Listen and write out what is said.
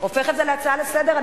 הופך את זה להצעה לסדר-היום,